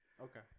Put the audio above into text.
Okay